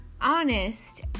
honest